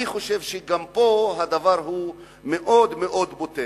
אני חושב שגם פה הדבר הוא מאוד מאוד בוטה.